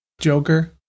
Joker